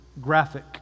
graphic